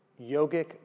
yogic